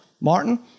Martin